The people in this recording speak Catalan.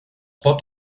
pot